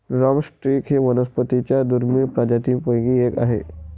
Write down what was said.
drum stick ही वनस्पतीं च्या दुर्मिळ प्रजातींपैकी एक आहे